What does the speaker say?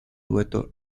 dueto